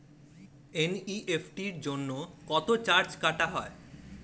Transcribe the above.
NEFT জন্য কত charge কাটা হয়?